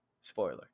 Spoiler